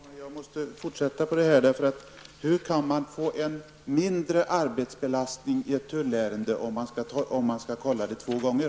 Fru talman! Jag måste fortsätta på det här. Hur kan man få en mindre arbetsbelastning i ett tullärende, om man skall kolla det två gånger?